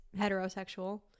heterosexual